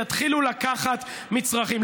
יתחילו לקחת מצרכים.